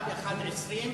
13:10 ל-13:20,